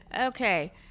Okay